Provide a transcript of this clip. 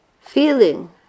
Feeling